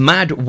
Mad